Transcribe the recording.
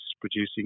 producing